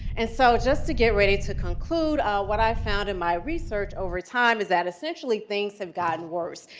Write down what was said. and so just to get ready to conclude, what i've found in my research over time is that, essentially, things have gotten worse.